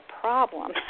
problem